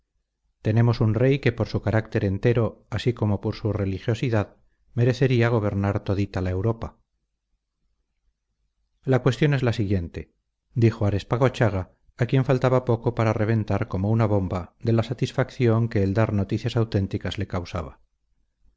tenemos un rey que por su carácter entero así como por su religiosidad merecería gobernar todita la europa la cuestión es la siguiente dijo arespacochaga a quien faltaba poco para reventar como una bomba de la satisfacción que el dar noticias auténticas le causaba